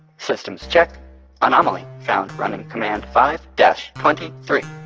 systems check anomaly found running command five dash twenty three.